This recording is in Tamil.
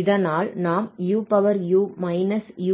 இதனால் நாம் e